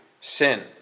Sin